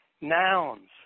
nouns